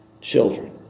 children